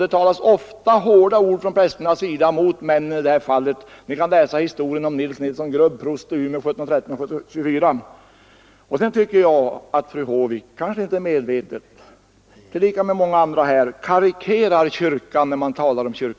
Det talades däremot ofta hårda ord av prästerna mot männen i sådana fall — vi kan t.ex. läsa historien om Nils Nilsson Grubb, som var prost i Umeå 17 13—1724. Sedan tycker jag att fru Håvik — kanske inte medvetet — i likhet med många andra talare karikerar kyrkan när hon talar om den.